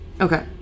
Okay